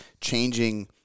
changing